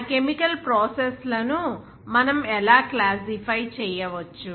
ఆ chemical process లను మనం ఎలా క్లాసిఫై చేయవచ్చు